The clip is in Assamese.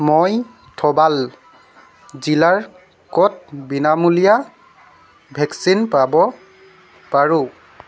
মই থৌবাল জিলাৰ ক'ত বিনামূলীয়া ভেকচিন পাব পাৰোঁ